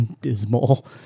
dismal